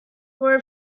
word